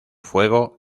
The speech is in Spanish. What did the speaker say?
fuego